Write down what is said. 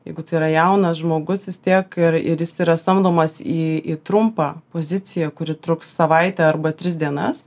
jeigu tai yra jaunas žmogus vis tiek ir ir jis yra samdomas į į trumpą poziciją kuri truks savaitę arba tris dienas